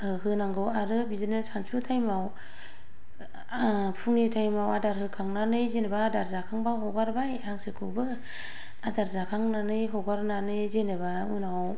होनांगौ आरो बिदिनो सानजौफु टाइमाव फुंनि टाइमाव आदार होखांनानै जेनेबा आदार जाखांब्ला हगारबाय हांसोखौबो आदार जाखांनानै हगारनानै जेनेबा उनाव